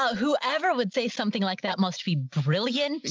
whoever would say something like that must be brilliant.